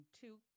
two